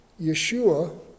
Yeshua